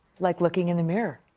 like looking in the mirror.